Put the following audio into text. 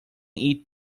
eat